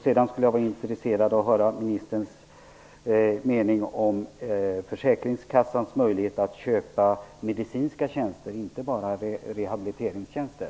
Sedan skulle jag vara intresserad av att höra ministerns mening om försäkringskassans möjlighet att köpa medicinska tjänster, inte bara rehabiliteringstjänster.